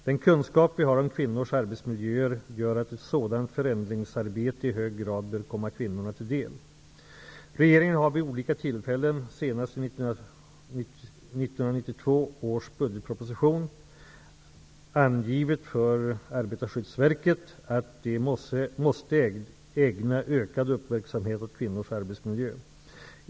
Den kunskap vi har om kvinnors arbetsmiljöer gör att ett sådant förändringsarbete i hög grad bör komma kvinnorna till del. Regeringen har vid olika tillfällen, senast i 1992 års budgetproposition, angivit för Arbetarskyddsverket att man måste ägna ökad uppmärksamhet åt kvinnors arbetsmiljö.